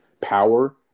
power